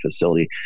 facility